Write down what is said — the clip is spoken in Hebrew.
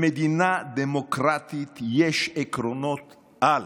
למדינה דמוקרטית יש עקרונות-על.